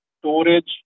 Storage